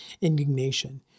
indignation